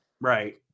Right